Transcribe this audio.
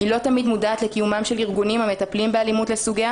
היא תמיד מודעת לקיומם של ארגונים המטפלים באלימות לסוגיה.